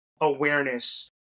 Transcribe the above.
awareness